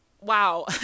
wow